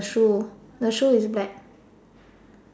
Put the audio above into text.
shoes the shoes is black